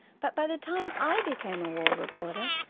but by the time i became a war reporter,